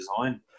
design